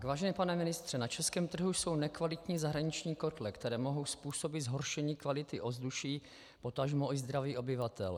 Vážený pane ministře, na české trhu jsou nekvalitní zahraniční kotle, které mohou způsobit zhoršení kvality ovzduší, potažmo i zdraví obyvatel.